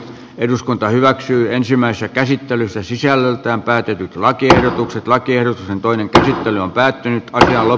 eduskunta hyväksyy ensimmäisessä käsittelyssä sisällöltään päätetyt lakiehdotukset lakien on toinen käsittely on päättynyt karjala